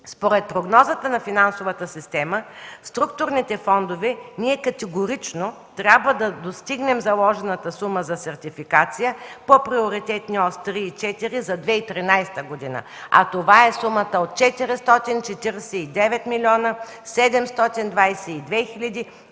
Според прогнозата на финансовата система по структурните фондове ние категорично трябва да достигнем заложената сума за сертификация по приоритетни оси 3 и 4 за 2013 г., а това е сумата от 449 млн. 722 хил.